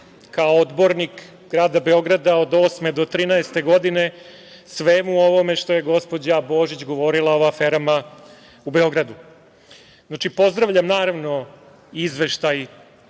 kao odbornik grada Beograda od 2008. do 2013. godine, svemu ovome što je gospođa Božić govorila o aferama u Beogradu. Pozdravljam, naravno, Izveštaj